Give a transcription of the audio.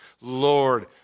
Lord